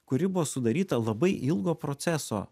kuri buvo sudaryta labai ilgo proceso